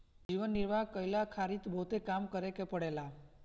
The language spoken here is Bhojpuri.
जीवन निर्वाह कईला खारित बहुते काम करे के पड़ेला